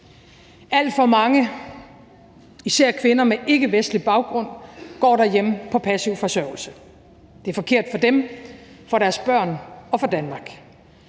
Alt for mange, især kvinder med ikkevestlig baggrund, går derhjemme på passiv forsørgelse. Det er forkert for dem, for deres børn og for Danmark.